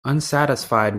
unsatisfied